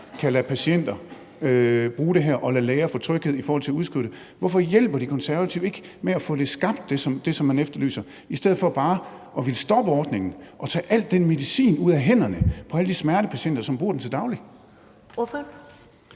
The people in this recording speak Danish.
kan lade patienter bruge det her og lade læger få tryghed i forhold til at udskrive det. Hvorfor hjælper De Konservative ikke med at få skabt det, som man efterlyser, i stedet for bare at ville stoppe ordningen og tage al den medicin ud af hænderne på alle de smertepatienter, som bruger den til daglig? Kl.